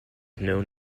known